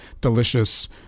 delicious